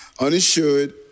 uninsured